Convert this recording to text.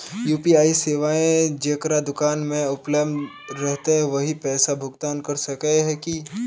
UPI सेवाएं जेकरा दुकान में उपलब्ध रहते वही पैसा भुगतान कर सके है की?